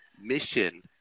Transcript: Mission